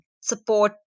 support